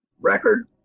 record